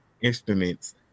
instruments